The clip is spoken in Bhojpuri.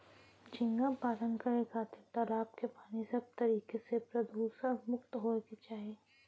झींगा पालन करे खातिर तालाब के पानी सब तरीका से प्रदुषण मुक्त होये के चाही